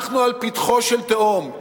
אנחנו על פתחה של תהום.